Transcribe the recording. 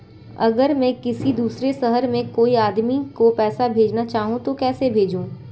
अगर मैं किसी दूसरे शहर में कोई आदमी को पैसे भेजना चाहूँ तो कैसे भेजूँ?